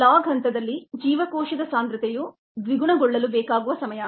log ಹಂತದಲ್ಲಿ ಜೀವಕೋಶದ ಸಾಂದ್ರತೆಯು ದ್ವಿಗುಣಗೊಳ್ಳುಲು ಬೇಕಾಗುವ ಸಮಯ